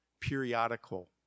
periodical